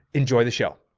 enjoy the show.